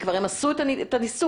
מעבר לזה אני לא יכול